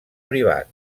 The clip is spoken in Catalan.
privat